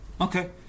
Okay